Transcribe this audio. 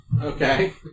Okay